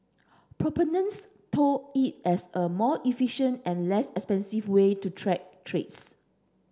proponents tout it as a more efficient and less expensive way to track trades